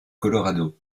colorado